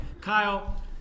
Kyle